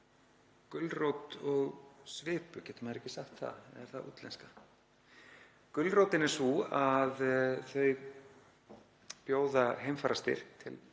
gulrót og svipu, getur maður ekki sagt það, er það útlenska? Gulrótin er sú að þau bjóða heimferðarstyrk til